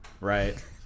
Right